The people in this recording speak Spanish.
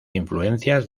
influencias